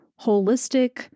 holistic